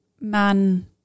man